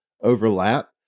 overlap